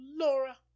Laura